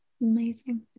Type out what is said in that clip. amazing